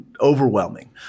overwhelming